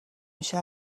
میشه